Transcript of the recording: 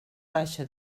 baixa